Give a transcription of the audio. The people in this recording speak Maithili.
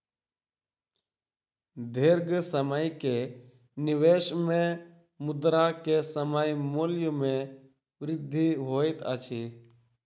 दीर्घ समय के निवेश में मुद्रा के समय मूल्य में वृद्धि होइत अछि